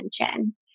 attention